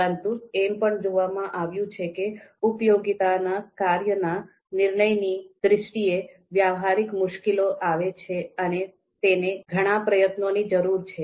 પરંતુ એમ પણ જોવામાં આવ્યું છે કે ઉપયોગિતાના કાર્યના નિર્માણની દ્રષ્ટિએ વ્યવહારિક મુશ્કેલીઓ આવે છે અને તેને ઘણા પ્રયત્નોની જરૂર છે